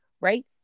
Right